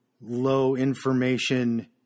low-information